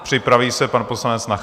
Připraví se pan poslanec Nacher.